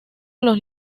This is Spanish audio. los